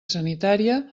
sanitària